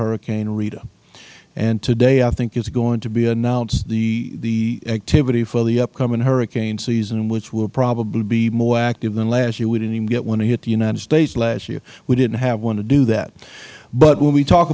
hurricane rita and today i think it is going to be announced the activity for the upcoming hurricane season which will probably be more active than last year we didn't even get one that hit the united states last year we didn't have one to do that but when we talk